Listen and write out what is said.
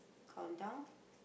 countdown